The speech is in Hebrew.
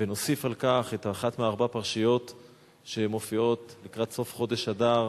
ונוסיף על כך אחת מארבע פרשיות שמופיעות לקראת סוף חודש אדר.